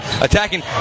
attacking